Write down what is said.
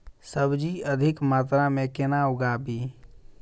सब्जी अधिक मात्रा मे केना उगाबी?